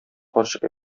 карчык